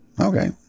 Okay